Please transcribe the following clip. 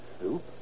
Soup